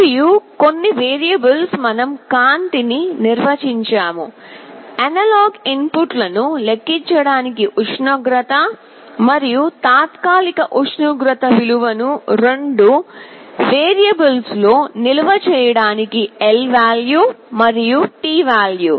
మరియు కొన్ని వేరియబుల్స్ మనం కాంతిని నిర్వచించాము అనలాగ్ ఇన్పుట్లను లెక్కించడానికి ఉష్ణోగ్రత మరియు తాత్కాలిక ఉష్ణోగ్రత విలువను రెండు వేరియబుల్స్ లో నిల్వ చేయడానికి lvalue మరియు tvalue